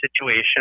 situation